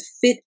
fit